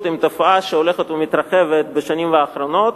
עם תופעה שהולכת ומתרחבת בשנים האחרונות,